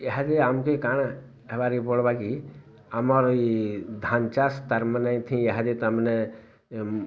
ଇହାଦେ ଆମକେ କାଣା ହେବାକେ ପଡ଼ବା କି ଆମର୍ ଇ ଧାନ୍ ଚାଷ୍ ତା'ର୍ ମାନେ ଇଁଥି ଇହାଦେ ତା'ର୍ ମାନେ